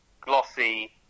glossy